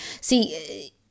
See